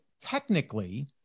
technically